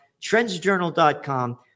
trendsjournal.com